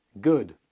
Good